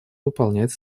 выполнять